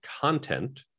content